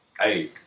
hey